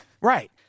Right